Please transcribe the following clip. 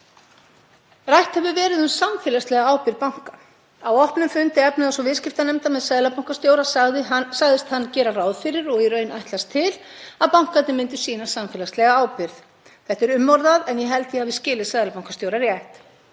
Rætt hefur verið um samfélagslega ábyrgð banka. Á opnum fundi efnahags- og viðskiptanefndar með seðlabankastjóra sagðist hann gera ráð fyrir og í raun ætlast til að bankarnir myndu sýna samfélagslega ábyrgð. Þetta er umorðað en ég held ég hafi skilið seðlabankastjóra rétt.